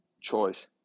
choice